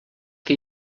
que